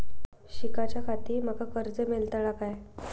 शिकाच्याखाती माका कर्ज मेलतळा काय?